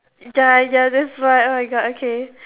ya ya that's why on oh my god okay